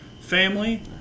family